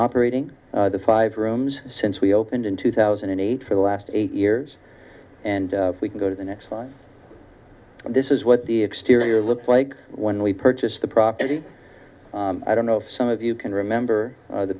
operating the five rooms since we opened in two thousand and eight for the last eight years and we can go to the next line this is what the exterior looks like when we purchased the property i don't know if some of you can remember